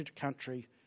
country